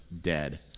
dead